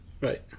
Right